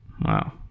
Wow